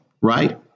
right